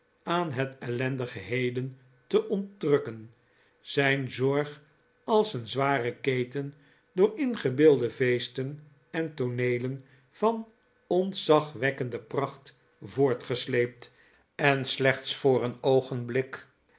aan het ellendige heden te ontrukken zijn zorg als een zware keten door ingebeelde feesten en tooneeleh van ontzagwekkende pracht voortgesleept en slechts voor een oogenblik